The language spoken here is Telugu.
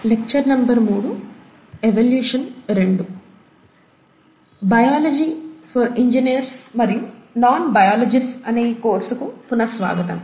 "బయాలజీ ఫర్ ఇంజనీర్స్ మరియు నాన్ బయాలజిస్ట్స్" అనే ఈ కోర్సుకు పునః స్వాగతం